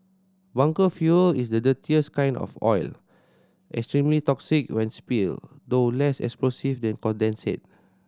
bunker fuel is the dirtiest kind of oil extremely toxic when spill though less explosive than condensate